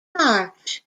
march